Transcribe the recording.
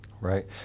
Right